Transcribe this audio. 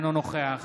אינו נוכח